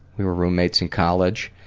we were roommates in college,